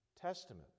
Testament